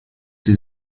sie